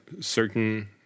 certain